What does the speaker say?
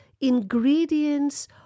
ingredients